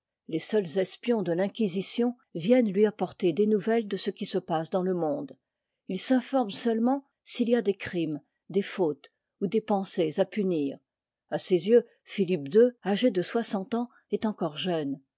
les seuls espions de l'inquisition viennent lui apporter des nouvelles de ce qui se passe dans le monde il s'informe seulement s'il y a des crimes des fautes ou des pensées à punir a ses yeux philippe ii âgé de soixante ans est encore jeune